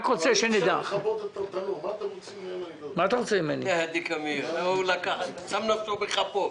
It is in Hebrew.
יש דברים שהם ממש בידיים שלנו,